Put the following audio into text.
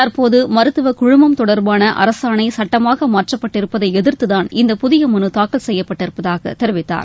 தற்போது மருத்துவக்குழமம் தொடர்பான அரசாணை சட்டமாக மாற்றப்பட்டிருப்பதை எதிர்த்துதான் இந்த புதிய மனு தாக்கல் செய்யப்பட்டிருப்பதாக தெரிவித்தார்